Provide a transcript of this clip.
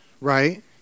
right